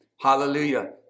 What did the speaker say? Hallelujah